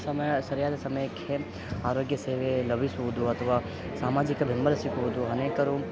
ಸಮಯ ಸರಿಯಾದ ಸಮಯಕ್ಕೆ ಆರೋಗ್ಯ ಸೇವೆ ಲಭಿಸುವುದು ಅಥವಾ ಸಾಮಾಜಿಕ ಬೆಂಬಲ ಸಿಗುವುದು ಅನೇಕರು